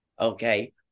Okay